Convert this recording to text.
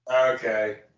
Okay